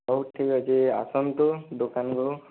ହଉ ଠିକ୍ ଅଛି ଆସନ୍ତୁ ଦୋକାନ କୁ